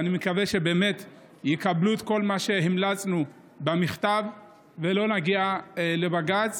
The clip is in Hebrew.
ואני מקווה שבאמת יקבלו את כל מה שהמלצנו במכתב ולא נגיע לבג"ץ.